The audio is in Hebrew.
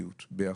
ורגשיות ביחד.